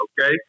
okay